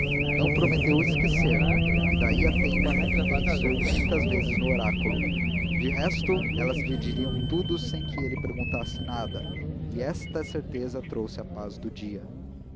não prometeu esquecer e daí a teima com que pensou muitas vezes no oráculo de resto elas lhe diriam tudo sem que ele perguntasse nada e esta certeza trouxe a paz do dia